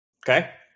Okay